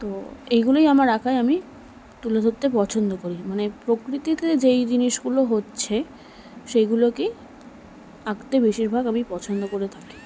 তো এইগুলোই আমার আঁকায় আমি তুলে ধরতে পছন্দ করি মানে প্রকৃতিতে যেই জিনিসগুলো হচ্ছে সেইগুলোকেই আঁকতে বেশিরভাগ আমি পছন্দ করে থাকি